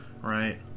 right